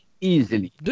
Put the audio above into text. Easily